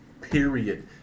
period